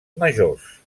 majors